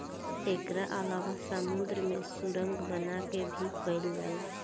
एकरा अलावा समुंद्र में सुरंग बना के भी कईल जाला